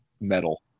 metal